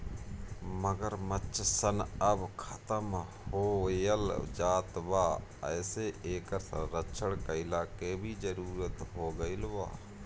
मगरमच्छ सन अब खतम होएल जात बा एसे इकर संरक्षण कईला के भी जरुरत हो गईल बा